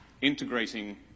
integrating